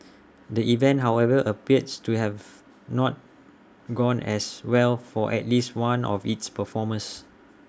the event however appears to have not gone as well for at least one of its performers